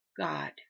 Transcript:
God